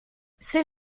c’est